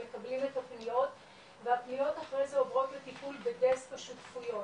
מקבלים את הפניות והפניות אחרי זה עוברות לטיפול בדסק השותפויות,